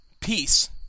peace